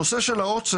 הנושא של העוצר,